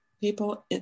people